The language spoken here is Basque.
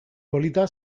polita